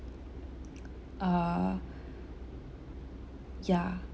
err yeah